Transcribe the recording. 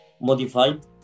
modified